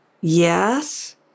Yes